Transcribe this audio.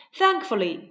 Thankfully